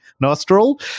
nostril